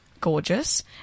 Gorgeous